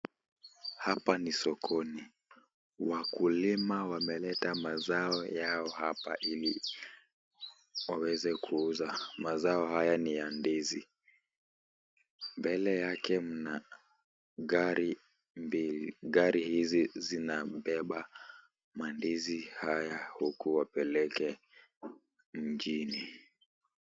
Hapa ni sokoni, wakulima wameleta mazao yao hapa ili waweze kuuza. Mazao haya ni ya ndizi. Mbele yake mna gari mbili, gari hizi zinambeba mandizi haya huku wapeleke mjini.